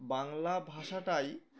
বাংলা ভাষাটাই